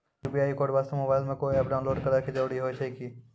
UPI code वास्ते mobile मे कोय एप्प डाउनलोड करे के जरूरी होय छै की?